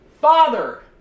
Father